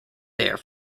there